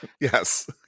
Yes